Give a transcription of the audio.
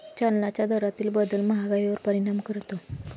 चलनाच्या दरातील बदल महागाईवर परिणाम करतो